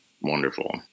wonderful